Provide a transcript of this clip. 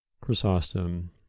Chrysostom